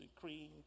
cream